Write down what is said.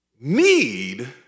need